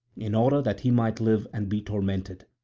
in order that he might live and be tormented.